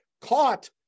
caught